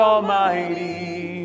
Almighty